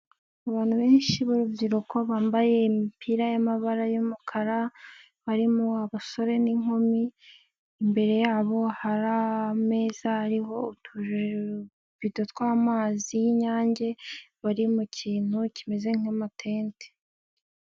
Abantu benshi b'urubyiruko bambaye imipira y'amabara y'umukara barimo abasore n'inkumi, imbere yabo hari ameza hariho utubito tw'amazi y'Inyange bari mu kintu kimeze nk'amatente.